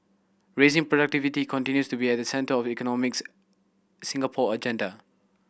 raising productivity continues to be at the centre of economics Singapore agenda